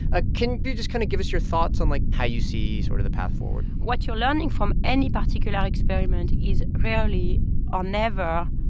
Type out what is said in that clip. ah can you just kind of give us your thoughts on, like, how you see sort of the path forward? what you're learning from any particular experiment is rarely or never,